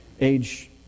age